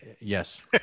Yes